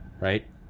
right